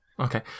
Okay